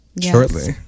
shortly